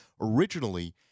Originally